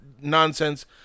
nonsense